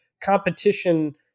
competition